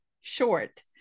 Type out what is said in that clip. short